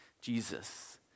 Jesus